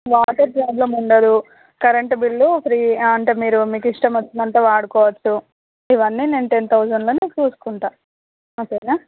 water problem ఉండదు current bill free అంటే మీరు మీకు ఇష్టమొచ్చినంత వాడుకోవచ్చు ఇవన్నీ నేను టెన్ తౌజెండ్లోనే చూసుకుంటా ఓకేనా